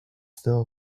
still